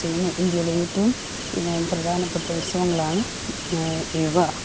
ചെയ്യുന്നു ഇന്ഡ്യയിലേറ്റവും പിന്നെ പ്രധാനപ്പെട്ട ഉത്സവങ്ങളാണ് ഇവ